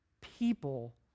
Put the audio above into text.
people